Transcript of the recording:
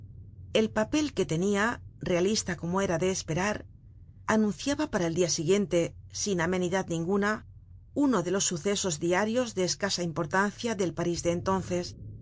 el tpapel que tenia realista como era de esperar anunciaba para el dia siguiente sin amenidad ninguna uno de los sucesos diarios de escasa importancia del parís de entonces